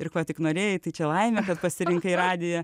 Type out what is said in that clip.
ir kuo tik norėjai tai čia laimė kad pasirinkai radiją